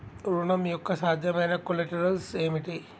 ఋణం యొక్క సాధ్యమైన కొలేటరల్స్ ఏమిటి?